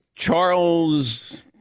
Charles